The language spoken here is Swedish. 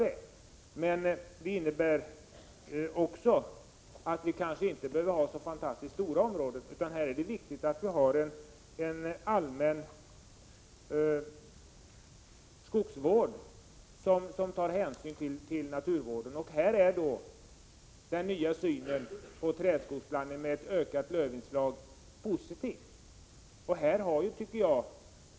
Däremot behöver vi kanske inte ha så väldigt stora områden, utan det viktiga är att vi har en allmän skogsvård som tar hänsyn till naturvården. Här är den nya synen på trädskogsblandning med ett ökat lövinslag positiv.